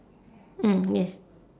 mm yes